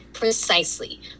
Precisely